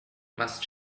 must